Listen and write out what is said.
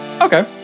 Okay